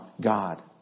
God